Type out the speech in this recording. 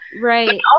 Right